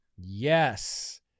Yes